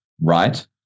right